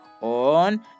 on